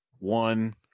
One